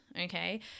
Okay